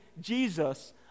Jesus